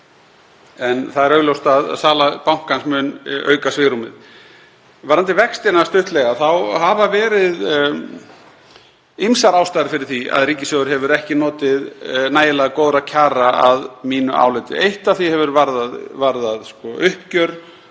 En það er augljóst að sala bankans mun auka svigrúmið. Stuttlega varðandi vextina þá hafa verið ýmsar ástæður fyrir því að ríkissjóður hefur ekki notið nægilega góðra kjara að mínu áliti. Eitt af því hefur varðað uppgjör